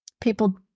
people